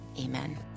Amen